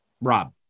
Rob